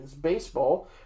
baseball